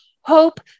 hope